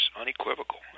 unequivocal